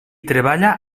treballa